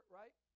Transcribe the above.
right